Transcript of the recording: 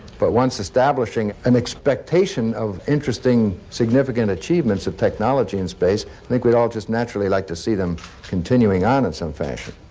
but once establishing an expectation of interesting, significant achievements of technology in space, i think we'd all just naturally like to see them continuing on in some fashion.